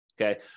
okay